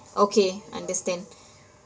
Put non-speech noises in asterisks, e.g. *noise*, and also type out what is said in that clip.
okay understand *breath*